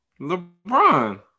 LeBron